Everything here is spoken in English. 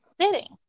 Sitting